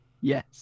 Yes